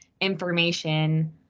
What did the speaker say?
information